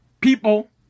people